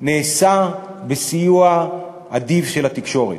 נעשה בסיוע אדיב של התקשורת.